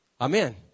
Amen